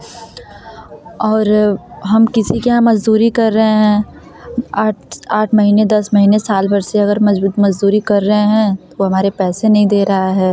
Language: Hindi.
और हम किसी के यहाँ मज़दूरी कर रहे हैं आट आठ महीने दस महीने साल भर से अगर मज मज़दूरी कर रहे हैं कोई हमारे पैसे नहीं दे रहा है